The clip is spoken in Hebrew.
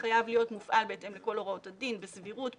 חייב להיות מופעל בהתאם לכל הוראות הדין בסבירות,